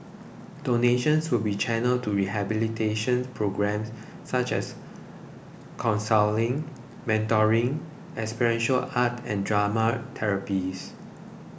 donations will be channelled to rehabilitation programmes such as counselling mentoring experiential art and drama therapies